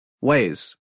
ways